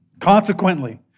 Consequently